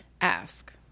ask